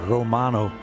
Romano